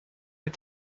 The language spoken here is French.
est